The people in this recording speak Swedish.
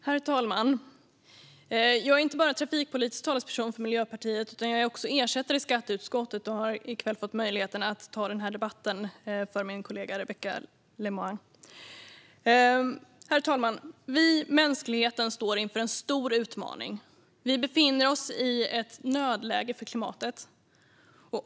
Herr talman! Jag är inte bara trafikpolitisk talesperson för Miljöpartiet, utan jag är också ersättare i skatteutskottet och har i kväll fått möjligheten att ta denna debatt för min kollega Rebecka Le Moine. Herr talman! Vi - mänskligheten - står inför en stor utmaning. Vi befinner oss i ett nödläge för klimatet.